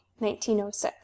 1906